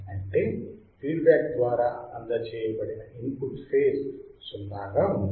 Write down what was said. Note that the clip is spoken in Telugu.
అంటే ఫీడ్ బ్యాక్ ద్వారా అందచేయబడిన ఇన్పుట్ ఫేజ్ 0 గా ఉండాలి